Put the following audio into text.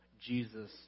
Jesus